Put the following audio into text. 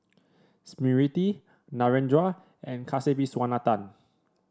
Smriti Narendra and Kasiviswanathan